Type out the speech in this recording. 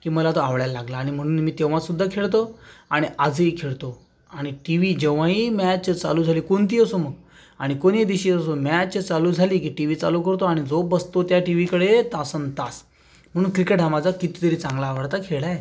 की मला तो आवडायला लागला आणि म्हणून मी तेव्हा सुद्धा खेळतो आणि आजही खेळतो आणि टीवी जेव्हाही मॅच चालू झाली कोणतीही असू मग आणि कोणीही दिवशी असू मॅच चालू झाली की टीवी चालू करतो आणि जो बसतो त्या टीवीकडे तासन तास म्हणून क्रिकेट हा माझा कितीतरी चांगला आवडता खेळ आहे